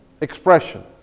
expression